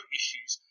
issues